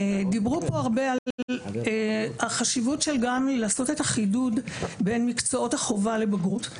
דיברו פה הרבה על החשיבות של לעשות את החידוד בין מקצועות החובה לבגרות.